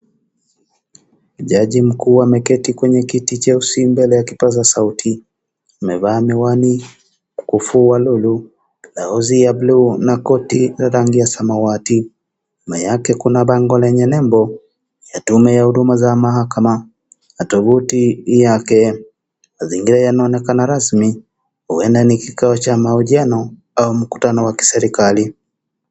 Jaji mkuu ameketi kwenye kiti cheusi mbele ya kipaza sauti. Amevaa miwani, mkufu wa lulu, blauzi ya bluu na koti la rangi ya samawati. Nyuma yake kuna bango lenye nembo ya tume ya huduma za mahakama na tovuti yake. Mazingira yanaonekana rasmi, huenda ni kikao cha mahojiano au mkutano wa kiserikali.